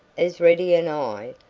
as ready and i,